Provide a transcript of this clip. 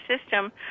system